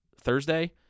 Thursday